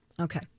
Okay